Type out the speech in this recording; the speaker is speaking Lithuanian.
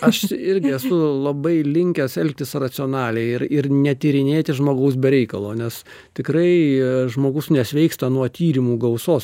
aš irgi esu labai linkęs elgtis racionaliai ir ir netyrinėti žmogaus be reikalo nes tikrai žmogus nesveiksta nuo tyrimų gausos